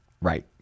Right